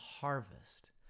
harvest